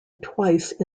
twice